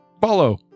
follow